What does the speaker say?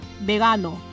vegano